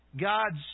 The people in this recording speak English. God's